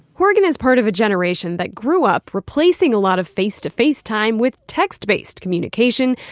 horgan is part of a generation that grew up replacing a lot of face-to-face time with text-based communication,